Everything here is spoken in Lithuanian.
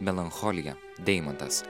melancholija deimantas